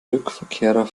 rückkehrer